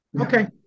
Okay